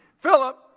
Philip